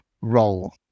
role